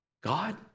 God